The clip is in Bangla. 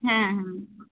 হ্যাঁ হ্যাঁ